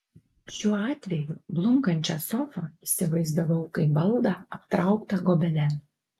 šiuo atveju blunkančią sofą įsivaizdavau kaip baldą aptrauktą gobelenu